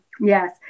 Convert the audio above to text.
Yes